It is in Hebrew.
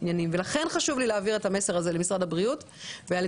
לכן חשוב לי להעביר את המסר הזה למשרד הבריאות וזה